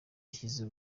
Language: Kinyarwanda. ishyize